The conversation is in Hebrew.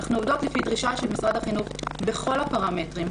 אנחנו עובדות לפי דרישה של משרד החינוך בכל הפרמטרים,